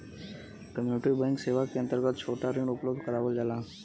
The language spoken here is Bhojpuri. कम्युनिटी बैंक सेवा क अंतर्गत छोटा ऋण उपलब्ध करावल जाला